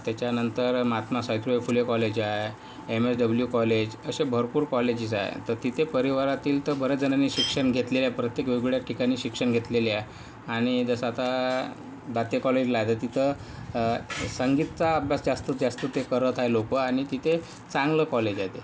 त्यानंतर महात्मा सावित्रीबाई फुले कॉलेज आहे M S W college असे भरपूर कॉलेजेस आहे तर तिथे परिवारातील तर बरेच जणांनी शिक्षण घेतलेलं आहे प्रत्येक वेगवेगळ्या ठिकाणी शिक्षण घेतलेलं आहे आणि जसं आता दाते कॉलेजला आहे तर तिथं संगीतचा अभ्यास जास्तीत जास्त ते करत आहे लोक आणि तिथे चांगलं कॉलेज आहे ते